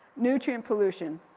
nutrient pollution,